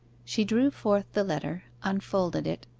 she drew forth the letter, unfolded it,